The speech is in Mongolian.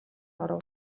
оров